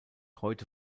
heute